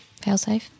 Failsafe